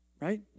Right